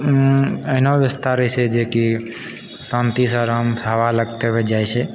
एहिना व्यवस्था रहै छै जे कि शान्तिसँ आरामसँ हवा लगते हुए जाइ छै